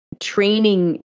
training